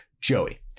Joey